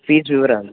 fee వివరాలు